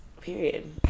Period